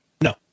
No